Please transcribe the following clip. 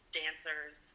dancers